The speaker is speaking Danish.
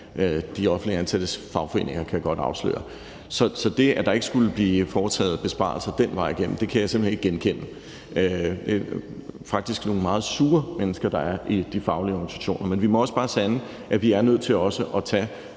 de offentligt ansattes fagforeninger, kan jeg godt afsløre. Så det, at der ikke skulle blive foretaget besparelser den vej igennem, kan jeg simpelt hen ikke genkende. Det er faktisk nogle meget sure mennesker, der er i de faglige organisationer. Men vi må bare sande, at vi også er nødt til at tage